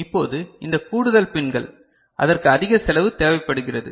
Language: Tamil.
இப்போது இந்த கூடுதல் பின்கள் அதற்கு அதிக செலவு தேவைப்படுகிறது